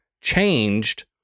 changed